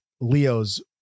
Leo's